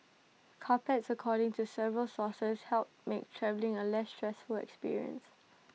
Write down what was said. carpets according to several sources help make travelling A less stressful experience